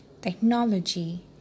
technology